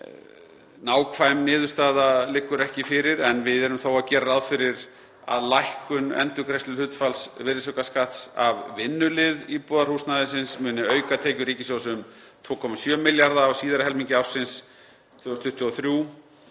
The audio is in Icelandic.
Nákvæm niðurstaða liggur ekki fyrir en við gerum þó ráð fyrir að lækkun endurgreiðsluhlutfalls virðisaukaskatts af vinnulið íbúðarhúsnæðisins muni auka tekjur ríkissjóðs um 2,7 milljarða á síðari helmingi ársins 2023